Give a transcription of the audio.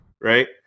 right